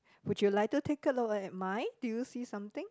would you like to take a look at mine do you see something